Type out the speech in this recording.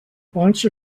bunch